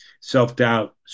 self-doubt